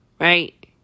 Right